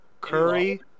Curry